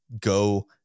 go